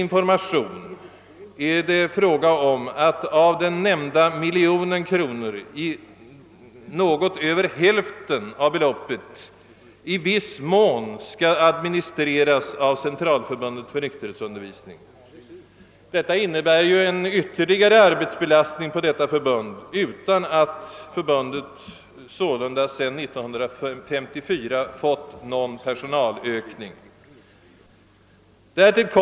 Såvitt jag har fått riktig information är det meningen att något över hälften av den nämnda miljonen i viss mån skall administreras av Centralförbundet för nykterhetsundervisning. Detta innebär ytterligare arbetsbelastning på detta förbund utan att förbundet sålunda sedan 1954 fått någon personalökning.